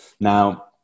Now